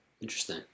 Interesting